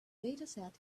dataset